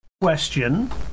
question